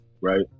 right